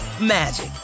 magic